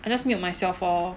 I just mute myself orh